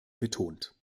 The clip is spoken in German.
betont